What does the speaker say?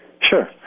Sure